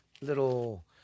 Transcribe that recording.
Little